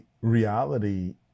reality